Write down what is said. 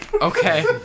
Okay